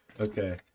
Okay